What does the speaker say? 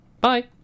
Bye